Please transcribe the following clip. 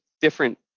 different